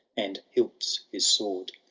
and hilts his sword.